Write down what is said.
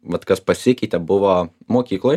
vat kas pasikeitė buvo mokykloj